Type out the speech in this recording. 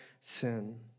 sin